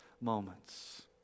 moments